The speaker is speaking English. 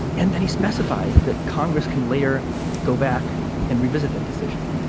and then he specifies that congress can later go back and revisit that decision.